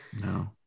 no